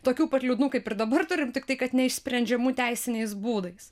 tokių pat liūdnų kaip ir dabar turim tiktai kad neišsprendžiamų teisiniais būdais